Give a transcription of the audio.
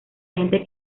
gente